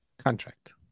contract